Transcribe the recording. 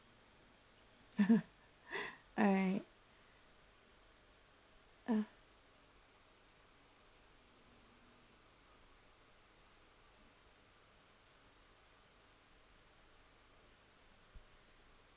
alright uh